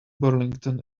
burlington